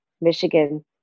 Michigan